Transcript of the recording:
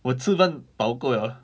我吃饭饱够 liao lah